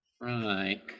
Right